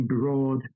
broad